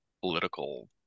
political